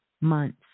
months